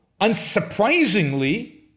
unsurprisingly